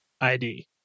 ID